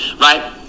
right